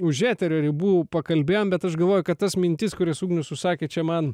už eterio ribų pakalbėjom bet aš galvoju kad tas mintis kurias ugnius susakė čia man